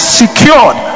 secured